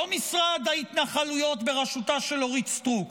לא משרד ההתנחלויות בראשותה של אורית סטרוק,